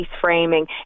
framing